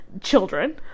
children